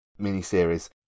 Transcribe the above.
miniseries